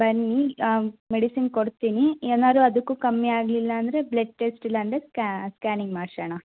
ಬನ್ನಿ ಮೆಡಿಸಿನ್ ಕೊಡ್ತೀನಿ ಏನಾದ್ರೂ ಅದಕ್ಕೂ ಕಮ್ಮಿ ಆಗಲಿಲ್ಲ ಅಂದರೆ ಬ್ಲಡ್ ಟೆಸ್ಟ್ ಇಲ್ಲ ಅಂದರೆ ಸ್ಕ್ಯಾನಿಂಗ್ ಮಾಡಿಸೋಣ